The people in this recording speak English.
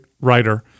writer